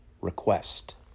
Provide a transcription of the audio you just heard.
request